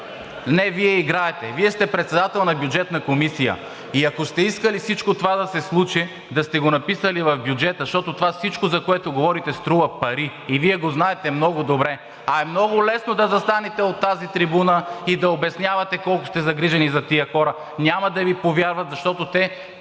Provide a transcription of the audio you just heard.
Не, Вие играете! Вие сте председател на Бюджетната комисия и ако сте искали всичко това да се случи, да сте го написали в бюджета, защото всичко това, за което говорите, струва пари и Вие го знаете много добре. А е много лесно да застанете от тази трибуна и да обяснявате колко сте загрижени за тези хора. Няма да Ви повярват, защото те